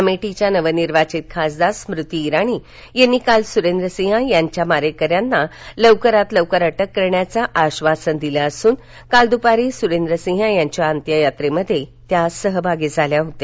अमेठीच्या नवनिर्वाचित खासदार स्मृती जिणी यांनी काल सुरेंद्र सिंह यांच्या त्यांच्या मारेकऱ्यांना लवकरात लवकर अटक करण्याचं आश्वासन स्मृती जिणी यांनी दिलं असून काल दुपारी सुरेंद्र सिंह यांच्या अंत्ययात्रेमध्ये त्या सहभागी झाल्या होत्या